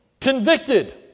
convicted